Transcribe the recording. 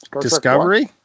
Discovery